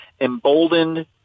emboldened